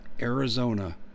Arizona